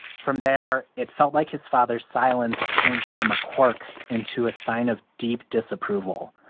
from there, it felt like his father's silence changed from a quirk into a sign of deep disapproval.